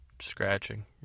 Scratching